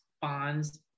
Bonds